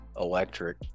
electric